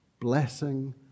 blessing